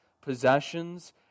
possessions